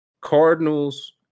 Cardinals